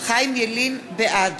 בעד